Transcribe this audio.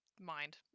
mind